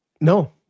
No